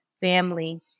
family